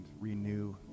renew